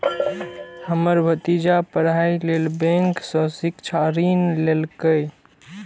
हमर भतीजा पढ़ाइ लेल बैंक सं शिक्षा ऋण लेलकैए